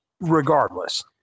regardless